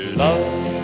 love